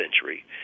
century